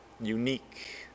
unique